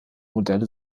modelle